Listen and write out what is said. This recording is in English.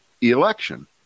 election